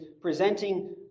presenting